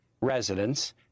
residents